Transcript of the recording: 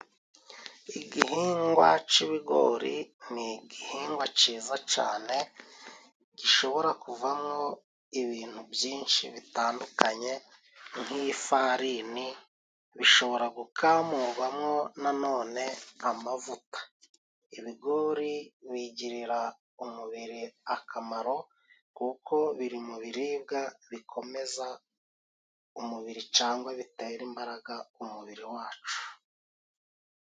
Igihingwa c'ibigori ni igihingwa ciza cane gishobora kuvamwo ibintu byinshi bitandukanye nk'ifarini, bishobora gukamurwamo nanone amavuta. Ibigori bigirira umubiri akamaro kuko biri mu biribwa bikomeza umubiri cangwa bitera imbaraga umubiri wacu.